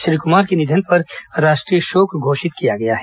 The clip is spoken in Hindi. श्री कुमार के निधन पर राष्ट्रीय शोक घोषित किया गया है